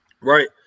right